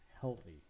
healthy